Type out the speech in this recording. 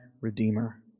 Redeemer